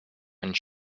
and